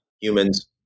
humans